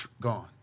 Gone